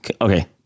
okay